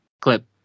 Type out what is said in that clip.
clip